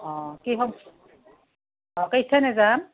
অঁ কিহত